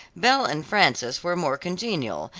belle and frances were more congenial,